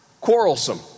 quarrelsome